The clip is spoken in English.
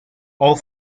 all